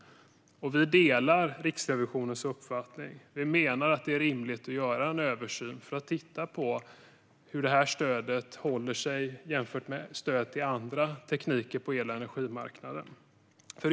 Vi delar Riksrevisionens uppfattning. Vi menar att det är rimligt att göra en översyn för att titta på hur det här stödet håller jämfört med stöd till andra tekniker på el och energimarknaden.